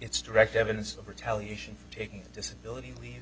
it's direct evidence of retaliation for taking disability leave